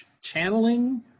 channeling